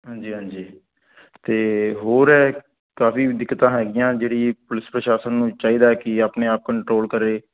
ਹਾਂਜੀ ਹਾਂਜੀ ਅਤੇ ਹੋਰ ਹੈ ਕਾਫ਼ੀ ਦਿੱਕਤਾਂ ਹੈਗੀਆਂ ਜਿਹੜੀ ਪੁਲਿਸ ਪ੍ਰਸ਼ਾਸਨ ਨੂੰ ਚਾਹੀਦਾ ਕਿ ਆਪਣੇ ਆਪ ਕੰਟਰੋਲ ਕਰੇ